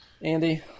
Andy